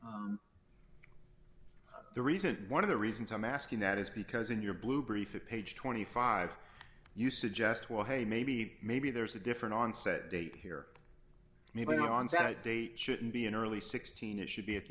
e the reason one of the reasons i'm asking that is because in your blue brief of page twenty five you suggest well hey maybe maybe there's a different onset date here maybe not on that date shouldn't be in early sixteen it should be at